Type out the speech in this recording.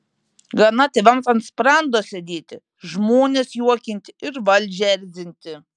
gana tėvams ant sprando sėdėti žmones juokinti ir valdžią erzinti